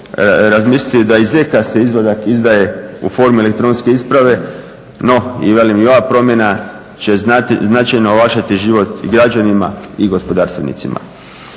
razmisliti da i ZK se izvadak izdaje u formi elektronske isprave no velim i ova promjena će značajno olakšati život građanima i gospodarstvenicima.